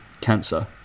cancer